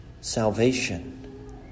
Salvation